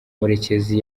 murekezi